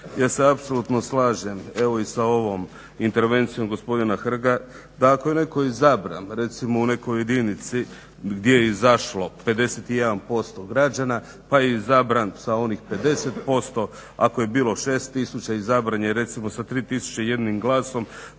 Ja se apsolutno slažem evo i sa ovom intervencijom gospodina Hrga da ako je netko izabran recimo u nekoj jedinici gdje je izašlo 51% građana pa je izabran sa onih 50%, ako je bilo 6 tisuća izabran je recimo s 3 tisuće jednim glasom